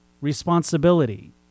Responsibility